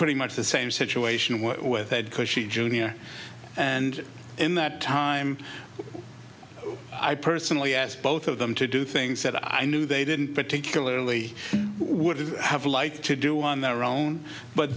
pretty much the same situation were with ed because she julia and in that time i personally asked both of them to do things that i knew they didn't particularly would have liked to do on their own but